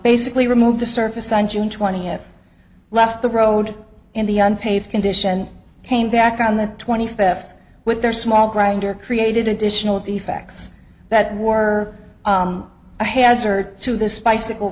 basically removed the surface on june twentieth left the road in the unpaved condition came back on the twenty fifth with their small grinder created additional of the facts that were a hazard to this bicycle